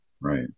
Right